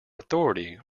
authority